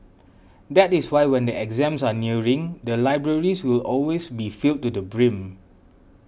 that is why when the exams are nearing the libraries will always be filled to the brim